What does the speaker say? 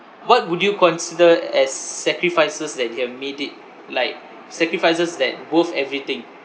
what would you consider as sacrifices that you have made it like sacrifices that worth everything